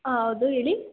ಹಾಂ ಹೌದು ಹೇಳಿ